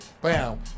Bam